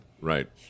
right